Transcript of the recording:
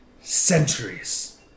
centuries